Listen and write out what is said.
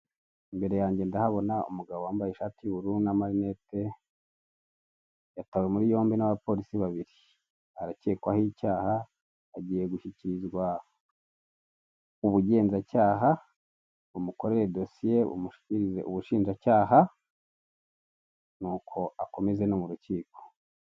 Imbere yanjye ndahabona umugabo wambaye ishati y'ubururu n'amalinete, yatawe muri yombi n'abapolisi babiri. Aracyekwaho icyaha, agiye gushyikirizwa ubugenzacyaha bumukorere dosiye, buyishyikirize ubushinjacyaha. Nuko akomeze no mu rukiko.